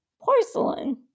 porcelain